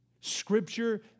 Scripture